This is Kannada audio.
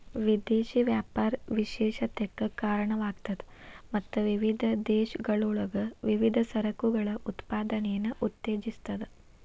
ವಿದೇಶಿ ವ್ಯಾಪಾರ ವಿಶೇಷತೆಕ್ಕ ಕಾರಣವಾಗ್ತದ ಮತ್ತ ವಿವಿಧ ದೇಶಗಳೊಳಗ ವಿವಿಧ ಸರಕುಗಳ ಉತ್ಪಾದನೆಯನ್ನ ಉತ್ತೇಜಿಸ್ತದ